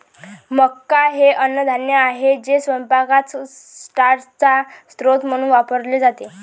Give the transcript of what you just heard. मका हे अन्नधान्य आहे जे स्वयंपाकात स्टार्चचा स्रोत म्हणून वापरले जाते